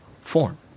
form